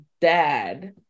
dad